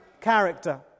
character